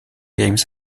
games